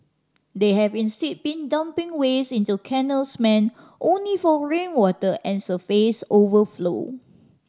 they have instead been dumping waste into canals meant only for rainwater and surface overflow